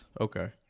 Okay